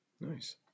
nice